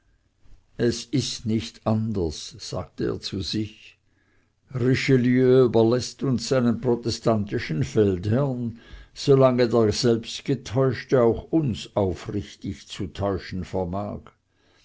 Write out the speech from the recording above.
es ist nicht anders sagte er zu sich richelieu überläßt uns seinen protestantischen feldherrn solange der selbst getäuschte auch uns aufrichtig zu täuschen vermag